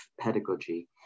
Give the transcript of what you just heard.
pedagogy